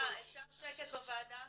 החולה.